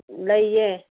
ꯂꯩꯌꯦ